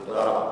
תודה.